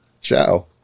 Ciao